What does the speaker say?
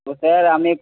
তো স্যার আমি